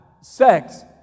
sex